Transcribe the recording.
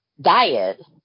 Diet